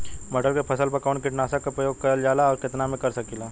मटर के फसल पर कवन कीटनाशक क प्रयोग करल जाला और कितना में कर सकीला?